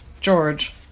George